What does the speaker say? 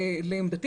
בעצם,